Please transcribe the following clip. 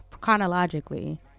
chronologically